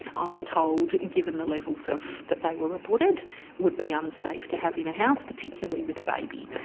i was told given the levels of. that they were reported would be unsafe to have in a house, particularly with a baby.